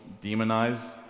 demonize